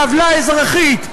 לעוולה אזרחית,